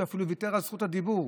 שאפילו ויתר על זכות הדיבור.